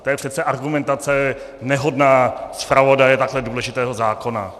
To je přece argumentace nehodná zpravodaje takhle důležitého zákona.